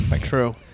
True